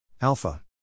Alpha